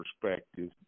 perspective